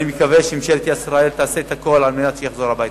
אני מקווה שממשלת ישראל תעשה את הכול על מנת שיחזור הביתה.